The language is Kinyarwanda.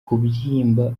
kubyimba